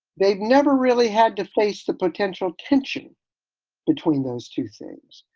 they've never really had to face the potential tension between those two things.